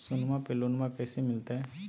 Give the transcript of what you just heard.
सोनमा पे लोनमा कैसे मिलते?